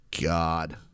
God